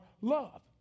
love